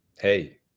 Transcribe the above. hey